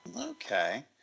Okay